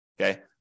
Okay